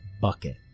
bucket